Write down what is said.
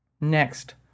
next